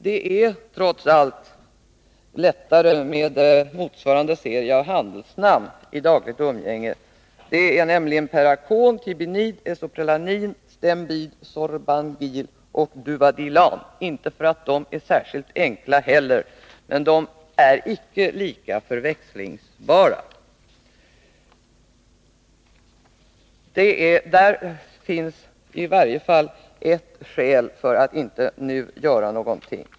Det är trots allt i dagligt umgänge lättare med motsvarande serie av handelsnamn: Peracon, Tibinide, Isoprenalin, Stembid, Sorbangil, Duvadilan — inte för att de är särskilt enkla heller, men de är icke lika förväxlingsbara. Det är i varje fall ett skäl för att inte nu göra någonting.